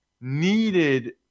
needed